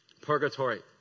Purgatory